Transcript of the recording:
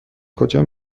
کجا